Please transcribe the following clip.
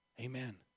Amen